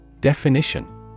Definition